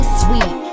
sweet